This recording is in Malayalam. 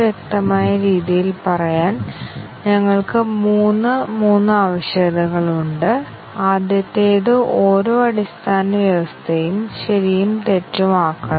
വ്യക്തിഗത ഘടക വ്യവസ്ഥകൾ ഞങ്ങൾ പരിഗണിക്കേണ്ടതുണ്ട് ഉപ വ്യവസ്ഥകൾ സത്യവും തെറ്റായ മൂല്യങ്ങളും നൽകണം